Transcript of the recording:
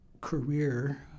career